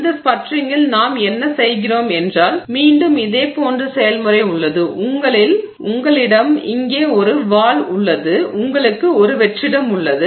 இந்த ஸ்பட்டரிங்கில் நாம் என்ன செய்கிறோம் என்றால் மீண்டும் இதேபோன்ற செயல்முறை உள்ளது உங்களிடம் இங்கே ஒரு வால்வு உள்ளது உங்களுக்கு ஒரு வெற்றிடம் உள்ளது